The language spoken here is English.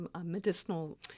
medicinal